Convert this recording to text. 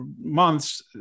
months